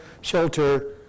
shelter